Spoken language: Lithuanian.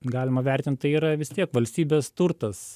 galima vertint tai yra vis tiek valstybės turtas